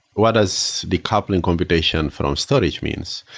what is decoupling computation from storage means?